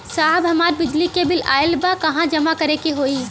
साहब हमार बिजली क बिल ऑयल बा कहाँ जमा करेके होइ?